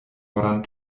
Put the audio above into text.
modern